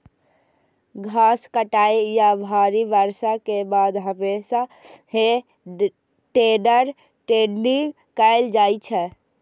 घास काटै या भारी बर्षा के बाद हमेशा हे टेडर टेडिंग कैल जाइ छै